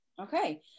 okay